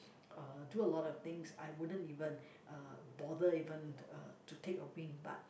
uh do a lot of things I wouldn't even uh bother even uh to take a wink but